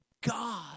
God